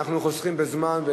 אנחנו חוסכים בזמן,